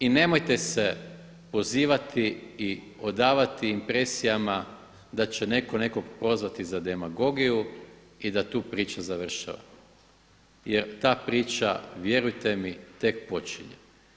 I nemojte se pozivati i odavati impresijama da će netko nekog prozvati za demagogiju i da tu priča završava, jer ta priča vjerujte mi tek počinje.